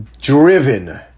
driven